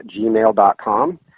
gmail.com